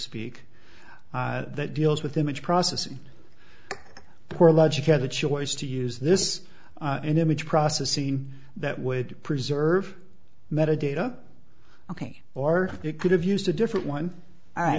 speak that deals with image processing poor logic had a choice to use this image processing that would preserve metadata ok or it could have used a different one